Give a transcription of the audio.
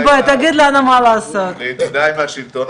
שמקורן בבעלי קרקעות ובעלי נדל"ן בשטח